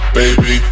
baby